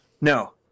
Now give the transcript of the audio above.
No